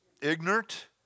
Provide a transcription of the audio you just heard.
ignorant